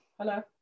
Hello